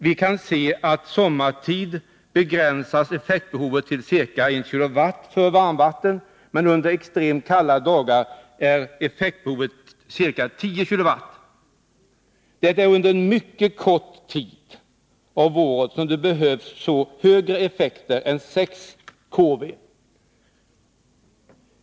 Vi kan se att effektbehovet under sommartid begränsas till ca I kW för varmvatten, medan det under extremt kalla dagar är ca 10 kW. Under en mycket kort tid av året behövs det högre effekt än 6 kW.